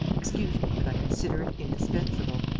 excuse me, but i consider it indispensable.